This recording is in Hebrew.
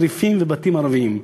צריפים ובתים ערבים.